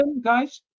guys